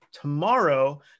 tomorrow